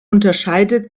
unterscheidet